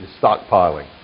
stockpiling